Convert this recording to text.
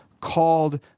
called